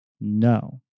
No